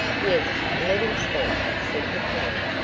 yes, let him speak, said katrine.